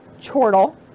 Chortle